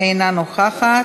אינה נוכחת,